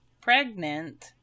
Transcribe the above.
pregnant